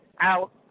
out